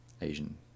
Asian